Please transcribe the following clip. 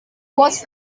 was